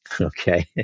okay